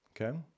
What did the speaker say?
Okay